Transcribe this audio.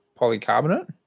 polycarbonate